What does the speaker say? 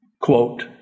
Quote